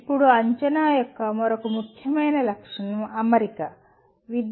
ఇప్పుడు అంచనా యొక్క మరొక ముఖ్యమైన లక్షణం "అమరిక"